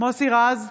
מוסי רז,